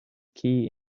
key